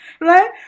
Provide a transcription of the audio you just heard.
Right